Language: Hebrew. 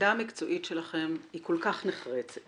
העמדה המקצועית שלכם היא כל כך נחרצת.